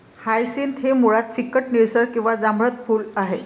hyacinth हे मुळात फिकट निळसर किंवा जांभळट फूल आहे